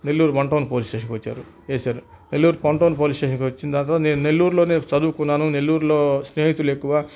Nellore one town police స్టేషన్కి వచ్చారు వేశారు నెల్లూరు వన్ టౌన్ పోలీస్ స్టేషన్కి వచ్చిన తర్వాత నేను నెల్లూరులోనే చదువుకున్నాను నెల్లూరులో స్నేహితులు ఎక్కువ